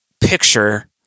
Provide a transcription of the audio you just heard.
picture